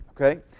Okay